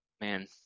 Man